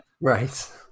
Right